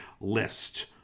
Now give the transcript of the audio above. list